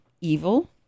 evil